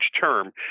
term